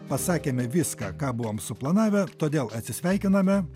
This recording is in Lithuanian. pasakėme viską ką buvom suplanavę todėl atsisveikiname